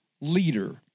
leader